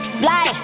fly